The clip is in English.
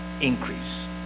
Increase